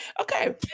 Okay